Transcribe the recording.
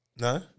No